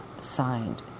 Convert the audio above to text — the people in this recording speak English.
signed